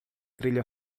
trilha